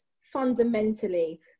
fundamentally